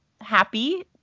happy